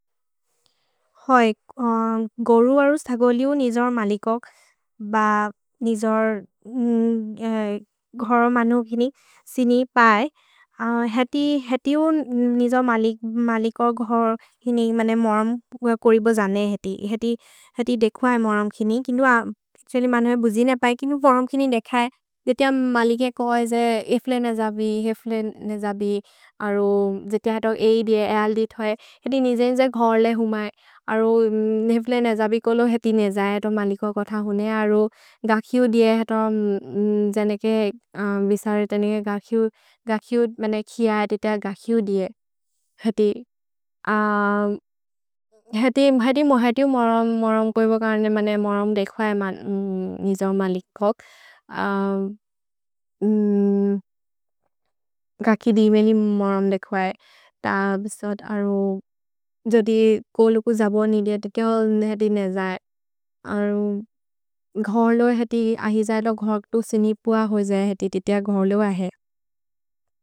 होइ, गोरुवरु स्थगोलिउ निजोर् मलिकोग् ब निजोर् घोरो मनु किनि सिनि पए। हेति, हेति जो निजोर् मलिकोग् घोरो किनि, मने मोरम् कोरिबो जने हेति। हेति, हेति देखुवए मोरम् किनि। किन्दुअ, अच्तुअल्ल्य् मनु बुजि ने पए, किनु मोरम् किनि देखए। हेति, जितिअ मलिकेक् होइ जे एफ्लेन् एजबि, एफ्लेन् एजबि, अरो जितिअ हेतो ई दिए एअल्दित् होइ। हेति निजेन् जे घोर्ले हुमै। अरो, एफ्लेन् एजबि कोलो हेति नेजए, एतो मलिकोग् गोत हुने। अरो, गकिउ दिए, हेतो, जनेके, विसरे जनेके गकिउ, गकिउ, मने किअए, जितिअ गकिउ दिए। हेति। हेति, हेति मोहेतु मोरम्, मोरम् कोरिबो कर्ने, मने मोरम् देखए मन् निजोर् मलिकोग्। अरो, गकिउ दिमे लि मोरम् देखए। तब्, सोत्, अरो, जोदि कोलु कु जबो निदिअ, जितिअ हेति नेजए। अरो, घोर्लो हेति, अहि जैदो घोर् तु सिनिपुअ होइ जए। हेति, जितिअ घोर्लो अहे।